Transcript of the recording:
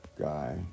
Guy